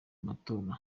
amatora